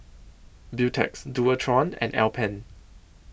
Beautex Dualtron and Alpen